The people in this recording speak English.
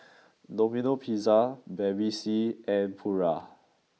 Domino Pizza Bevy C and Pura